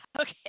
okay